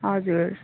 हजुर